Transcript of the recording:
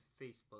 Facebook